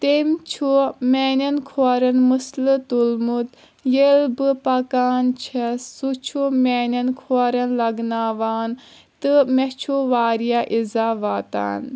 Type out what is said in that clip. تیٚمۍ چھُ میانٮ۪ن کھۄرن مٕسلہٕ تُلمُت ییٚلہِ بہٕ پکان چھس سُہ چھُ میانٮ۪ن کھۄرن لگناوان تہٕ مےٚ چھُ واریاہ اِزا واتان